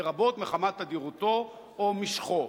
לרבות מחמת תדירותו או משכו.